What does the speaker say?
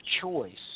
choice